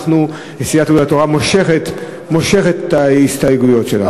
סיעת יהדות התורה מושכת את ההסתייגויות שלה.